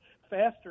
faster